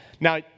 Now